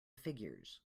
figures